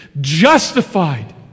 justified